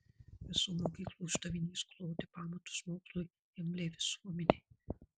visų mokyklų uždavinys kloti pamatus mokslui imliai visuomenei